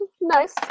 nice